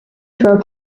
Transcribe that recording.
through